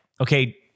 Okay